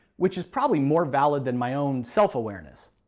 which is probably more valid than my own self-awareness.